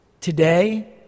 today